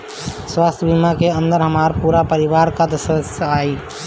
स्वास्थ्य बीमा के अंदर हमार पूरा परिवार का सदस्य आई?